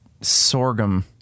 sorghum